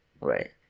Right